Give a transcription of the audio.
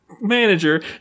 manager